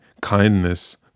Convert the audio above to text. kindness